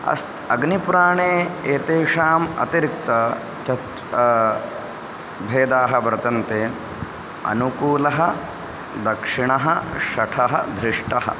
अस् अग्निपुराणे एतेषाम् अतिरिक्ताः तत् भेदाः वर्तन्ते अनुकूलः दक्षिणः षठः दृष्टः